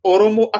Oromo